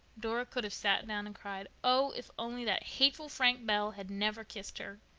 dora could have sat down and cried. oh, if only that hateful frank bell had never kissed her!